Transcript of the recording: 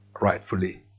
rightfully